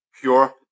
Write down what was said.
pure